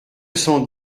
cent